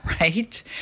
right